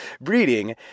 breeding